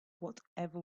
whatever